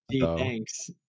thanks